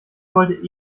wollte